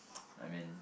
I mean